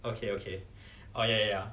okay okay ya ya ya